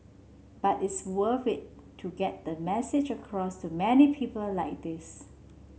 but it's worth it to get the message across to many people like this